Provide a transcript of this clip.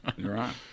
Right